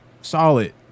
solid